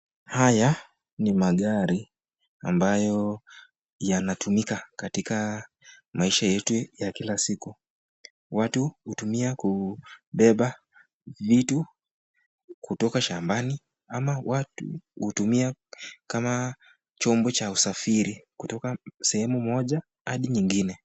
Haya ni magari ambayo yanatumika katika maisha yetu ya kila siku, watu hutumia kubeba vitu kutoka shambani, ama watu hutumia kama chombo cha usafiri kutoka sehemu moja hadi nyingine..